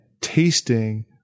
tasting